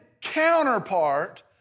counterpart